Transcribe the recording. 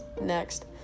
next